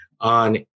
on